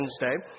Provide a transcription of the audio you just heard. Wednesday